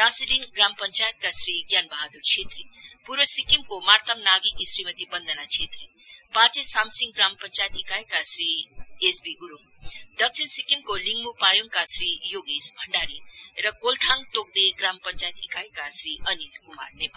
टाशिडिङ ग्राम पंचायतका श्री ज्ञानबहादुर छेत्री पूर्व सिक्किमको मार्ताम नागीकी श्रीमती बन्दना छेत्री पाचे सामसिङ ग्राम पंचायत ईकाई श्री एचबी गुरुङ दक्षिण सिक्किमको लिङमु पायोङका श्री योगेश भण्डारी र कोलथाङ तोग्दे ग्राम पंचायत ईकाईका श्री अनिलकुमार नेपाल